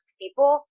people